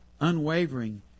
unwavering